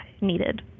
needed